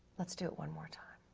let's do it one more time.